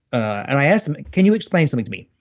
and i asked him, can you explain something to me?